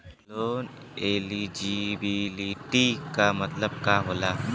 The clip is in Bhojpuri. लोन एलिजिबिलिटी का मतलब का होला?